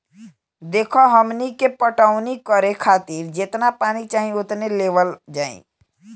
देखऽ हमनी के पटवनी करे खातिर जेतना पानी चाही ओतने लेवल जाई